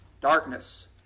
Darkness